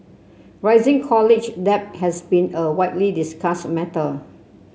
rising college debt has been a widely discussed matter